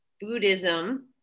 Buddhism